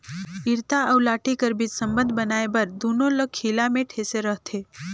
इरता अउ लाठी कर बीच संबंध बनाए बर दूनो ल खीला मे ठेसे रहथे